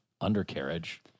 undercarriage